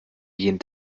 jeden